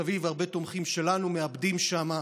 הרבה תומכים שלנו מעבדים שם.